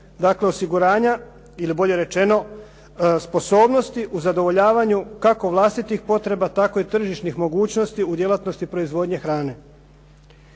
dakle, osiguranja, ili bolje rečen sposobnosti u zadovoljavanju kako vlastitih potreba tako i tržišnih mogućnosti u djelatnosti proizvodnje hrane.